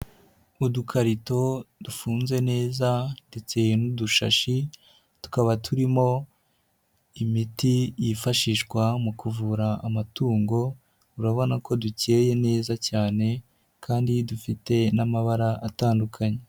Udukarito dufunze neza ndetse n'udushashi ,tukaba turimo imiti yifashishwa mu kuvura amatungo ,urabona ko dukeye neza cyane ,kandi dufite n'amabara atandukanye.